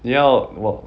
你要我